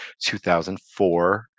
2004